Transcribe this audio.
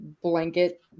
blanket